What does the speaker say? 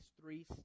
three